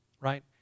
Right